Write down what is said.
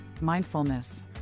mindfulness